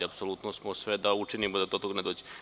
Apsolutno smo za to da sve učinimo da to toga ne dođe.